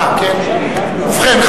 ובכן,